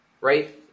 right